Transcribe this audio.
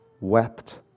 wept